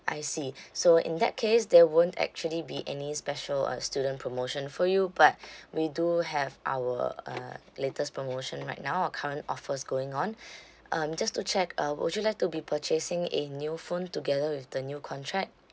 I see so in that case there won't actually be any special uh student promotion for you but we do have our uh latest promotion right now our current offer going on um just to check uh would you like to be purchasing a new phone together with the new contract